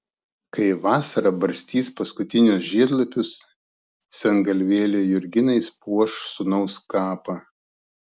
kai vasara barstys paskutinius žiedlapius sengalvėlė jurginais puoš sūnaus kapą